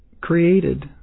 created